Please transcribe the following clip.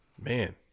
man